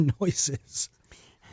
noises